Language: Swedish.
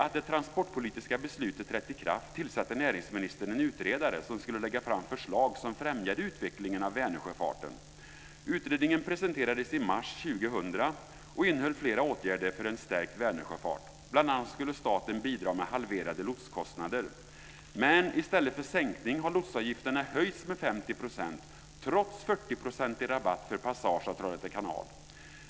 2000 och innehöll flera åtgärder för en stärkt Vänersjöfart. Bl.a. skulle staten bidra med halverade lotskostnader. Men i stället för sänkning har lotsavgifterna höjts med 50 % trots 40-procentig rabatt för passage av Trollhätte kanal.